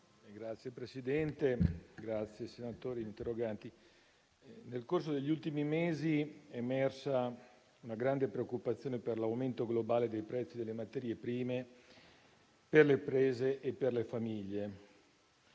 Signor Presidente, onorevoli senatori, nel corso degli ultimi mesi è emersa una grande preoccupazione per l'aumento globale dei prezzi delle materie prime, per le imprese e per le famiglie.